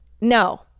no